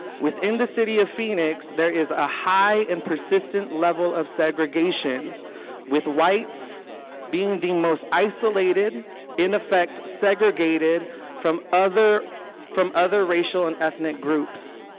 within the city of phoenix there is a high and persistent level of segregation with whites being the most isolated in effect segregated from other from other racial and ethnic groups.